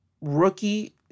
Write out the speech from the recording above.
rookie